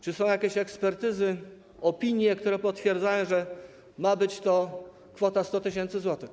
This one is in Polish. Czy są jakieś ekspertyzy, opinie, które potwierdzają, że ma być to kwota 100 tys. zł?